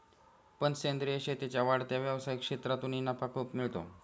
पण सेंद्रीय शेतीच्या वाढत्या व्यवसाय क्षेत्रातूनही नफा खूप मिळतो